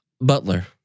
Butler